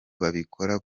babikora